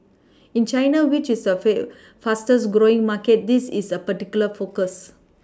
in China which is surface fastest growing market this is a particular focus